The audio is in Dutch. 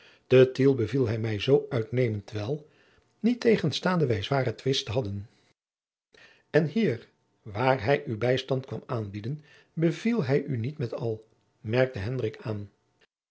tiel beviel hij mij zoo uitnemend wel niettegenstaande wij zware twist hadden en hier waar hij u bijstand kwam aanbieden beviel hij u niet met al merkte hendrik aan